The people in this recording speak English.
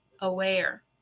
Aware